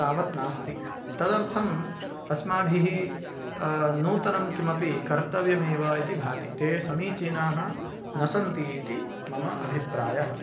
तावत् नास्ति तदर्थम् अस्माभिः नूतनं किमपि कर्तव्यमेव इति भाति ते समीचीनाः न सन्ति इति मम अभिप्रायः